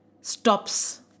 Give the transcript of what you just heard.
stops